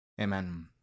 Amen